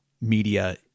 media